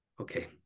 okay